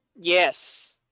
Yes